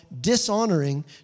dishonoring